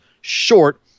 short